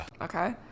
Okay